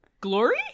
Glory